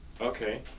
Okay